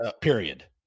period